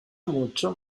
mucho